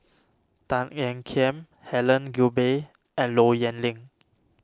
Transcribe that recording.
Tan Ean Kiam Helen Gilbey and Low Yen Ling